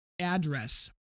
address